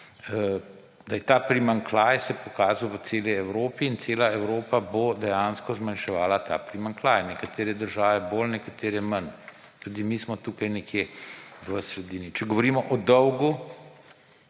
se je ta primanjkljaj pokazal v celi Evropi in cela Evropa bo dejansko zmanjševala ta primanjkljaj, nekatere države bolj nekatere manj. Tudi mi smo tukaj nekje v sredini. Če govorimo o dolgu,